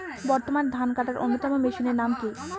বর্তমানে ধান কাটার অন্যতম মেশিনের নাম কি?